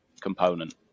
component